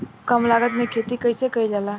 कम लागत में खेती कइसे कइल जाला?